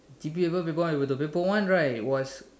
G_P paper paper one but the paper one right was